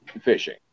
fishing